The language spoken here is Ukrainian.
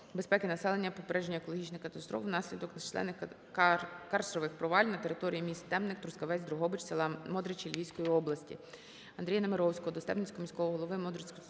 безпеки населення, попередження екологічної катастрофи внаслідок численних карстових проваль на території міст Стебник, Трускавець, Дрогобич, села Модричі Львівської області.